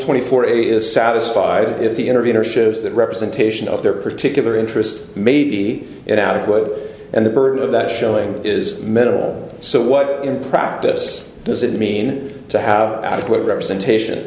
twenty four a is satisfied if the interviewer shows that representation of their particular interest maybe it adequate and the burden of that showing is minimal so what in practice does it mean to have adequate representation